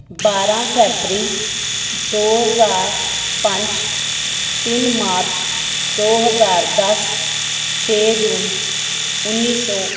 ਬਾਰਾਂ ਫੈਬਰੀ ਦੋ ਹਜ਼ਾਰ ਪੰਜ ਤਿੰਨ ਮਾਰਚ ਦੋ ਹਜ਼ਾਰ ਦਸ ਛੇ ਜੂਨ ਉੱਨੀ ਸੌ